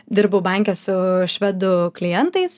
dirbau banke su švedų klientais